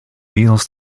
meals